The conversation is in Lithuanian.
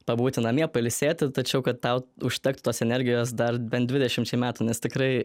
pabūti namie pailsėti tačiau kad tau užtektų tos energijos dar bent dvidešimčiai metų nes tikrai